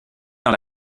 dans